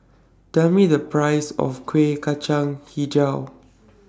Tell Me The Price of Kueh Kacang Hijau